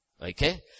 Okay